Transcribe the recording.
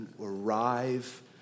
arrive